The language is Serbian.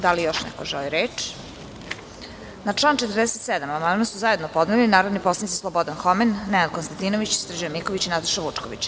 Da li još neko želi reč? (Ne.) Na član 47. amandman su zajedno podneli narodni poslanici Slobodan Homen, Nenad Konstantinović, Srđan Miković i Nataša Vučković.